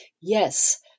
yes